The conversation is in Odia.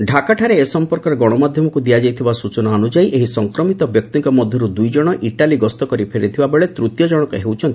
ଡାକାଠାରେ ଏ ସମ୍ପର୍କର ଗଶମାଧ୍ୟମକୁ ଦିଆଯାଇଥିବା ସୂଚନା ଅନୁଯାୟୀ ଏହି ସଂକ୍ରମିତ ବ୍ୟକ୍ତିଙ୍କ ମଧ୍ୟରୁ ଦୁଇଜଣ ଇଟାଲୀ ଗସ୍ତ କରି ଫେରିଥିବାବେଳେ ତୃତୀୟ ଜଣକ ହେଉଛନ୍ତି ସେମାନଙ୍କ ପରିବାରସ ସଦସ୍ୟ